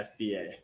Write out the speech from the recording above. FBA